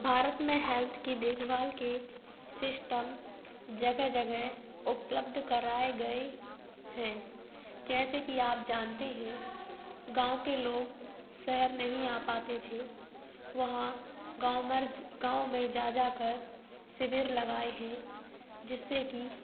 भारत में हेल्थ की देखभाल के सिस्टम जगह जगह उपलब्ध कराए गए हैं जैसे कि आप जानते हैं गाँव के लोग शहर नहीं आ पाते थे वहाँ गाँव मर्ज गाँव में जा जा कर शिविर लगाए हैं जिससे की